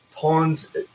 tons